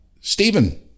Stephen